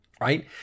Right